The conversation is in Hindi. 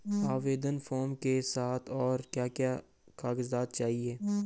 आवेदन फार्म के साथ और क्या क्या कागज़ात चाहिए?